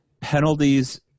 Penalties